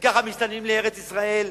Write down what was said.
וככה מסתננים לארץ-ישראל,